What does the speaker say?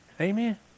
Amen